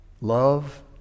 Love